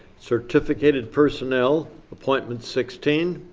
certificated personnel, appointments, sixteen.